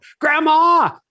grandma